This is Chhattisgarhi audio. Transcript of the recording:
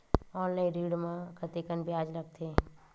ऑनलाइन ऋण म कतेकन ब्याज लगथे?